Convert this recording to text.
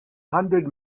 hundred